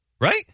right